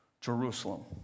Jerusalem